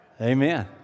amen